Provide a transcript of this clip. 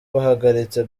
bahagaritse